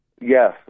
Yes